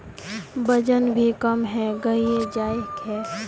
वजन भी कम है गहिये जाय है?